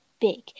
big